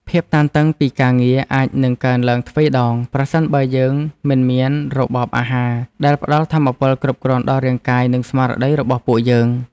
ភាពតានតឹងពីការងារអាចនឹងកើនឡើងទ្វេដង ប្រសិនបើយើងមិនមានរបបអាហារដែលផ្តល់ថាមពលគ្រប់គ្រាន់ដល់រាងកាយ និងស្មារតីរបស់ពួកយើង។